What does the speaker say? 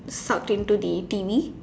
suck into the T_V